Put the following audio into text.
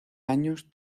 años